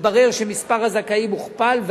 התברר שמספר הזכאים הוכפל,